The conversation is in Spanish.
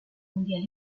mundial